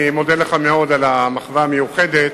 אני מודה לך מאוד על המחווה המיוחדת.